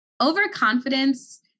overconfidence